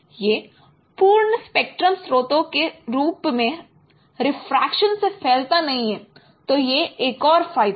यह पूर्ण स्पेक्ट्रम स्रोतों के रूप में रिफ्रेक्शन से फैलता नहीं है तो यह एक और फायदा है